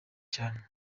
cyane